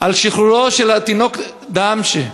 על שחרורו של התינוק דוואבשה.